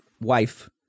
wife